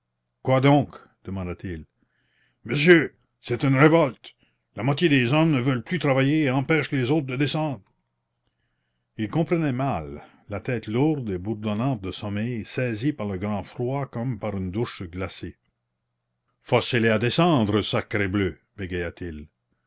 quoi donc demanda-t-il monsieur c'est une révolte la moitié des hommes ne veulent plus travailler et empêchent les autres de descendre il comprenait mal la tête lourde et bourdonnante de sommeil saisi par le grand froid comme par une douche glacée forcez les à descendre